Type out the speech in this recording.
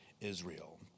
Israel